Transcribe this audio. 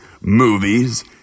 movies